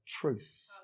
truth